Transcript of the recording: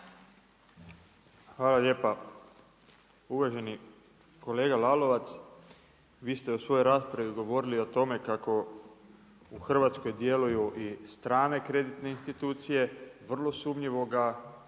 Hvala lijepa. Uvaženi kolega Lalovac, vi ste u svojoj raspravi govorili o tome kako u Hrvatskoj djeluju i strane kreditne institucije vrlo sumnjivoga